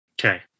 Okay